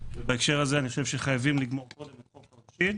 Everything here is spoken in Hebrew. בהקשר הזה אני חושב שחייבים לסיים קודם את חוק העונשין.